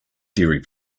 diary